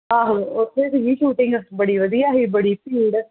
ਆਹੋ ਉੱਥੇ ਸੀਗੀ ਸ਼ੂਟਿੰਗ ਬੜੀ ਵਧੀਆ ਹੀ ਬੜੀ ਭੀੜ